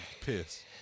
Piss